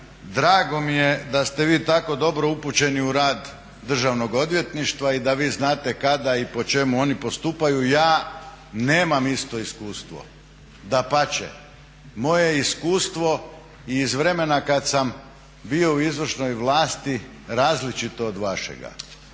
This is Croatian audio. drago mi je da ste vi tako dobro upućeni u rad Državnog odvjetništva i da vi znate kada i po čemu oni postupaju ja nemam isto iskustvo, dapače moje je iskustvo i iz vremena kad sam bio u izvršnoj vlasti različito od vašega.